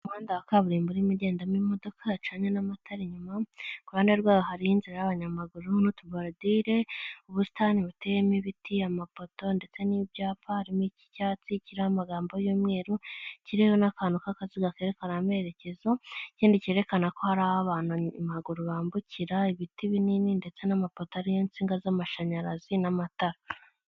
Umuhanda wa kaburimbo urimo ugendamo imodoka yacanye n'amatara inyuma, iruhande rwayo hari inzira y'abanyamaguru n'utubati, ubusitani buteyemo ibiti, amapoto ndetse n'ibyapa harimo ik'icyatsi kiriraho amagambo y'umweru, kiriho n'akantu k'akaziga rekana amerekezo; ikindi cyerekana ko hari aho abantu, abanyamaguru bambukira, ibiti binini ndetse n'amapota ariho insinga z'amashanyarazi n'amatara.